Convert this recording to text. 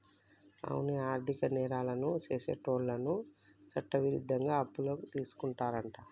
అవునే ఆర్థిక నేరాలను సెసేటోళ్ళను చట్టవిరుద్ధంగా అప్పులు తీసుకుంటారంట